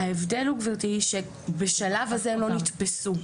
ההבדל הוא גברתי בשלב הזה הם לא נתפסו,